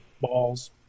balls